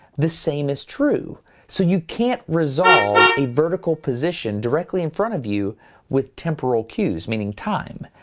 the same is true so you can't resolve a vertical position directly in front of you with temporal cues, meaning time.